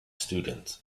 students